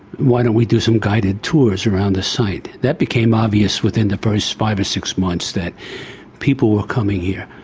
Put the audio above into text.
why don't we do some guided tours around the site. that became obvious within the first five or six months that people were coming here,